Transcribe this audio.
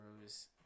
Rose